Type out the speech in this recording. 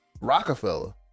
Rockefeller